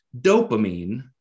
dopamine